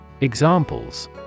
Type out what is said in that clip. Examples